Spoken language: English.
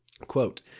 quote